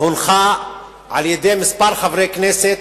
הונחה בעבר על-ידי כמה חברי כנסת,